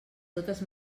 totes